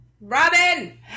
Robin